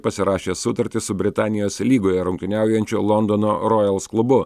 pasirašė sutartį su britanijos lygoje rungtyniaujančio londono rojals klubu